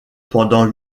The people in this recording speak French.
pendant